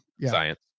Science